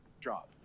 job